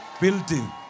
Building